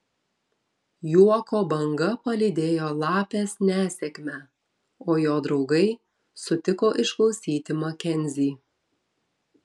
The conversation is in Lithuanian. juoko banga palydėjo lapės nesėkmę o jo draugai sutiko išklausyti makenzį